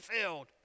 field